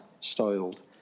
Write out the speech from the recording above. styled